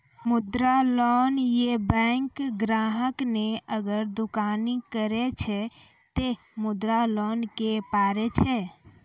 मुद्रा लोन ये बैंक ग्राहक ने अगर दुकानी करे छै ते मुद्रा लोन लिए पारे छेयै?